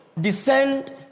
descend